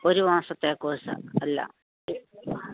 ഒരു മാസത്തെ കോഴ്സാ അല്ല